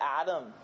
Adam